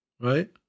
right